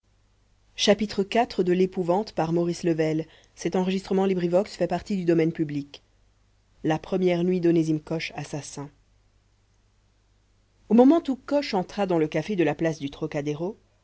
la premiere nuit d'onesime coche assassin au moment où coche entra dans le café de la place du trocadéro